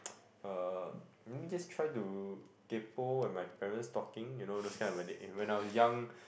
uh maybe just try to kaypo when my parents talking you know those kind of when they when I was young